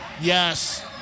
Yes